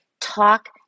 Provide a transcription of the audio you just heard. talk